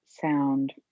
sound